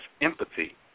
empathy